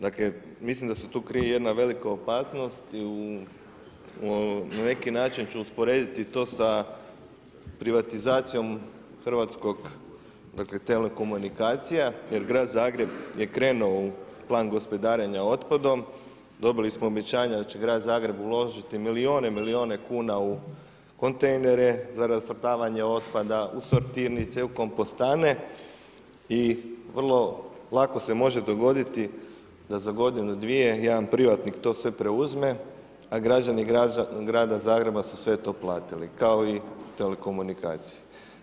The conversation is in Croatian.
Dakle mislim da se tu krije jedna velika opasnost i na neki način ću usporediti to sa privatizacijom hrvatskog dakle telekomunikacija jer grad Zagreb je krenuo u plan gospodarenja otpadom, dobili smo obećanje da će grad Zagreb uložiti milijune i milijune kuna u kontejnere za razvrstavanje otpada, u sortirnice, u kompostane i vrlo lako se može dogoditi da za godinu, dvije jedan privatnik to sve preuzme, a građani grada Zagreba su sve to platili kao i telekomunikacije.